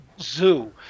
zoo